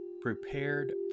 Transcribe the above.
prepared